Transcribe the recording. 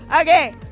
Okay